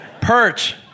Perch